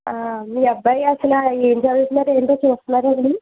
మీ అబ్బాయి అసలు ఏం చదువుతున్నాడో ఏంటో చూస్తున్నారా అండి